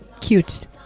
cute